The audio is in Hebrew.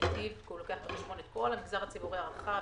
מקיף כי הוא לוקח בחשבון את כל המגזר הציבורי הרחב,